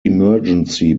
emergency